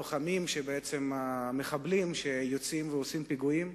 לוחמים, בעצם מחבלים, שיוצאים ועושים פיגועים.